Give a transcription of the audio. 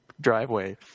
driveway